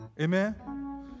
Amen